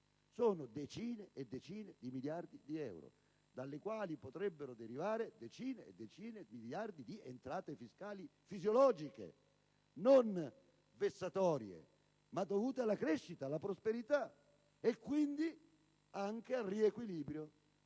sono decine e decine di miliardi di euro, dai quali potrebbero derivare decine e decine di miliardi di entrate fiscali fisiologiche, non vessatorie, ma dovute alla crescita e alla prosperità e, quindi, anche al riequilibrio